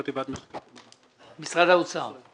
חטיבת המחקר בבנק ישראל.